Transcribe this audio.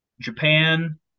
Japan